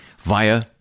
via